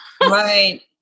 Right